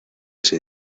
ese